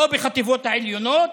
ולא בחטיבות העליונות,